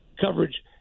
coverage